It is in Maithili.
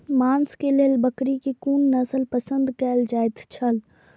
मांस के लेल बकरी के कुन नस्ल पसंद कायल जायत छला?